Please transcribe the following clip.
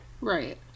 Right